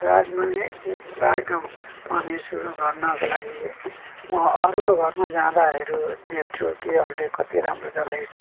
बागवानी बागम पनि सुरु गर्नको लागि म अरुको घरमा जाँदाहरू देख्छु कि अरूले कति राम्रो जले